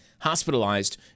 hospitalized